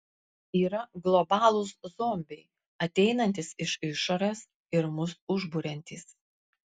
yra globalūs zombiai ateinantys iš išorės ir mus užburiantys